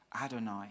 Adonai